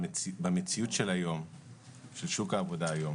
במציאות של שוק העבודה היום